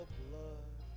blood